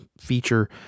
feature